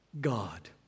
God